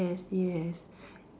yes yes